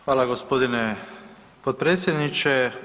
Hvala g. potpredsjedniče.